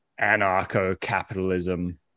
anarcho-capitalism